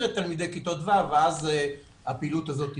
את תלמידי כיתות ו' ואז הפעילות הזאת תימשך.